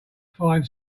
find